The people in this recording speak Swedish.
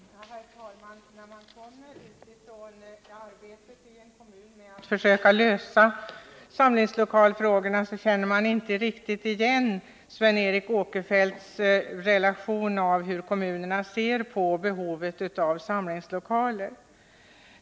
Herr talman! Den som arbetar i en kommun med att försöka lösa samlingslokalsfrågorna känner inte riktigt igen Sven Eric Åkerfeldts beskrivning av hur kommunerna ser på behovet av samlingslokaler.